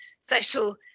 social